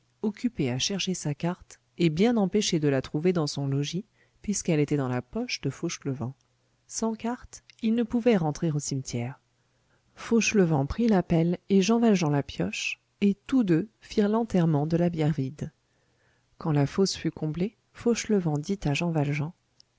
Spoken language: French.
occupé à chercher sa carte et bien empêché de la trouver dans son logis puisqu'elle était dans la poche de fauchelevent sans carte il ne pouvait rentrer au cimetière fauchelevent prit la pelle et jean valjean la pioche et tous deux firent l'enterrement de la bière vide quand la fosse fut comblée fauchelevent dit à jean valjean